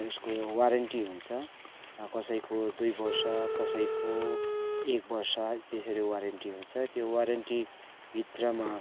यसको वारेन्टी हुन्छ कसैको दुई वर्ष कसैको एक वर्ष त्यसरी वारेन्टी हुन्छ त्यो वारेन्टीभित्रमा